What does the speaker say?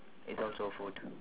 it's also food